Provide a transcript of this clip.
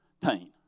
Pain